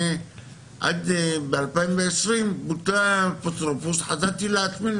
ב-2020 בוטלה האפוטרופסות וחזרתי לעצמי,